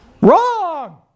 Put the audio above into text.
Wrong